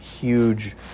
huge